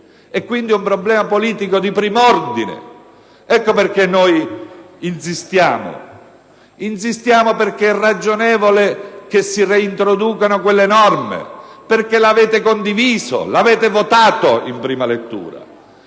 Questo è un problema politico di primo ordine, a mio avviso. Ecco perché insistiamo: insistiamo perché è ragionevole che si reintroducano quelle norme, perché le avete condivise e votate in prima lettura.